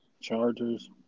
Chargers